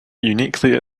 uniquely